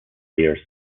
years